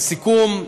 לסיכום,